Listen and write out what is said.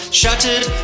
shattered